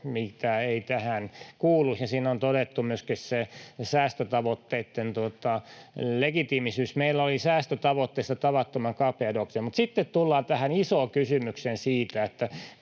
mikä ei tähän kuuluisi, ja siinä on todettu myöskin säästötavoitteitten legitiimisyys. Meillä oli säästötavoitteissa tavattoman kapea doktriini. Mutta sitten tullaan tähän isoon kysymykseen siitä,